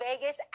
Vegas